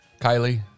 Kylie